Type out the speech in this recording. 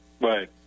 Right